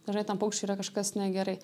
dažnai tam paukščiui yra kažkas negerai